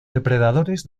depredadores